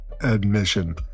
admission